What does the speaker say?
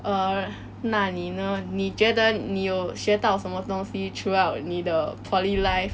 err 那你呢你觉得你有学到什么东西 throughout 你的 poly life